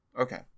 Okay